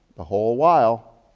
the whole while,